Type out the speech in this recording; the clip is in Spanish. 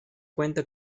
cuenta